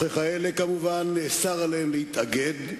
וככאלה, כמובן, נאסר עליהם להתאגד,